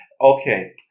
okay